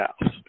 house